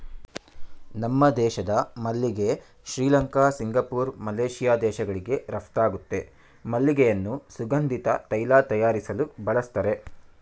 ನಮ್ಮ ದೇಶದ ಮಲ್ಲಿಗೆ ಶ್ರೀಲಂಕಾ ಸಿಂಗಪೂರ್ ಮಲೇಶಿಯಾ ದೇಶಗಳಿಗೆ ರಫ್ತಾಗುತ್ತೆ ಮಲ್ಲಿಗೆಯನ್ನು ಸುಗಂಧಿತ ತೈಲ ತಯಾರಿಸಲು ಬಳಸ್ತರೆ